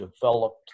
developed